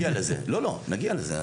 נגיע לזה.